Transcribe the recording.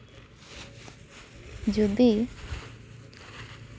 ᱡᱚᱫᱤ